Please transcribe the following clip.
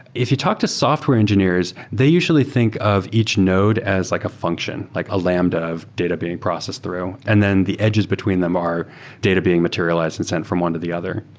if you talk to software engineers, they usually think of each node as like a function, like a lambda of data being processed through. and then the edges between them are data being materialized and sent from one to the other.